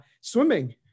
swimming